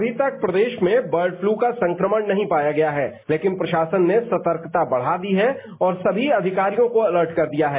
अभी तक प्रदेश में बर्ड फ्लू का संक्रमण नहीं पाया गया है लेकिन प्रशासन ने सतर्कता बढ़ा दी है और सभी अधिकारियों को अलर्ट कर दिया है